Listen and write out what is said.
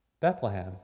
Bethlehem